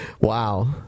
Wow